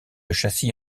châssis